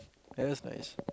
that is nice